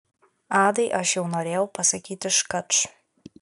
adai aš jau norėjau pasakyti škač